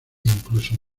incluso